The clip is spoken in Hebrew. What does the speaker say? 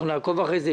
אנחנו נעקוב אחרי זה,